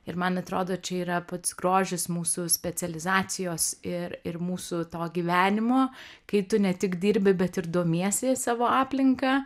ir man atrodo čia yra pats grožis mūsų specializacijos ir ir mūsų to gyvenimo kai tu ne tik dirbi bet ir domiesi savo aplinka